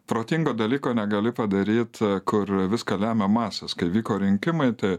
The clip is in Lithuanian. protingo dalyko negali padaryt kur viską lemia masės kai vyko rinkimai tai